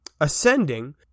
ascending